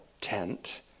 tent